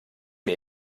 mir